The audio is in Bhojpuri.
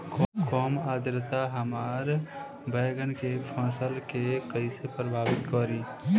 कम आद्रता हमार बैगन के फसल के कइसे प्रभावित करी?